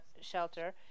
shelter